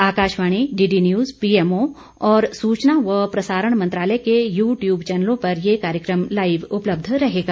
Akashvani DD News PMO और सूचनों व प्रसारण मंत्रालय के यू ट्यूब चैनलों पर यह कार्यक्रम लाइव उपलब्ध रहेगा